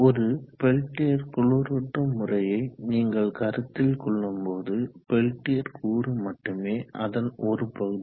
ஒரு பெல்டியர் குளிரூட்டும் முறையை நீங்கள் கருத்தில் கொள்ளும்போது பெல்டியர் கூறு மட்டுமே அதன் ஒரு பகுதி